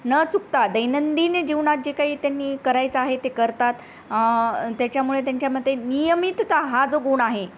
न चुकता दैनंदिन जीवनात जे काही त्यांनी करायचं आहे ते करतात त्याच्यामुळे त्यांच्यामते नियमितता हा जो गुण आहे